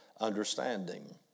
understanding